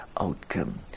outcome